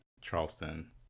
charleston